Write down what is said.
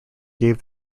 gave